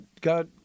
got